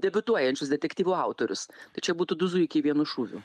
debiutuojančius detektyvų autorius tai čia būtų du zuikiai vienu šūviu